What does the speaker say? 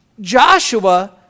Joshua